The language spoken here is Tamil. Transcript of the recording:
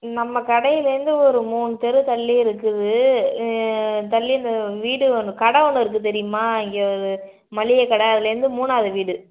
நம்ம கடையிலேருந்து ஒரு மூணு தெரு தள்ளி இருக்குது தள்ளி இந்த வீடு ஒன்று கடை ஒன்று இருக்குது தெரியுமா இங்கே அது மளிகைக் கடை அதுலேருந்து மூணாவது வீடு